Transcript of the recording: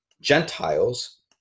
Gentiles